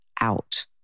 out